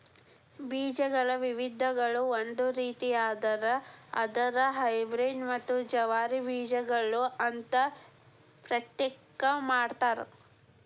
ಬೇಜಗಳ ವಿಧಗಳು ಒಂದು ರೇತಿಯಾದ್ರ ಅದರಲ್ಲಿ ಹೈಬ್ರೇಡ್ ಮತ್ತ ಜವಾರಿ ಬೇಜಗಳು ಅಂತಾ ಪ್ರತ್ಯೇಕ ಮಾಡತಾರ